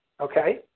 Okay